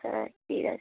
হ্যাঁ ঠিক আছে